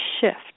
shift